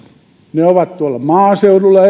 ne ovat erityisesti tuolla maaseudulla